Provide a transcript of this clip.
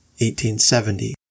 1870